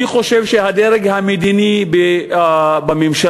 אני חושב שהדרג המדיני בממשלה,